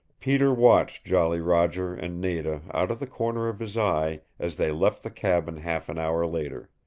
peter watched jolly roger and nada out of the corner of his eye as they left the cabin half an hour later.